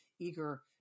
eager